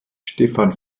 stefan